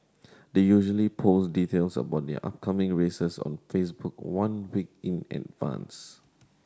they usually post details about their upcoming races on Facebook one week in advance